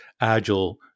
agile